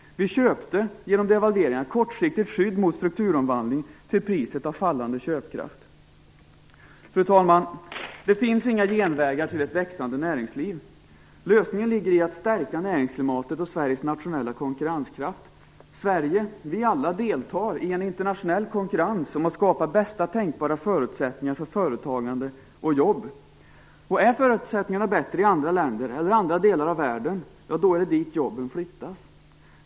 Vi köpte genom devalveringen ett kortsiktigt skydd mot strukturomvandling till priset av fallande köpkraft. Fru talman! Det finns inga genvägar till ett växande näringsliv. Lösningen ligger i att stärka näringsklimatet och Sveriges nationella konkurrenskraft. Sverige, och vi alla, deltar i en internationell konkurrens om att skapa bästa tänkbara förutsättningar för företagande och jobb. Om förutsättningarna är bättre i andra länder eller andra delar av världen är det dit jobben flyttas.